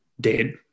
dead